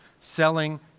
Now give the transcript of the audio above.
Selling